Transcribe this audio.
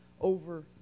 over